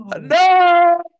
No